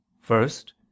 first